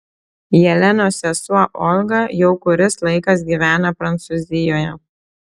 jelenos sesuo olga jau kuris laikas gyvena prancūzijoje